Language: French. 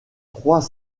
trois